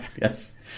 Yes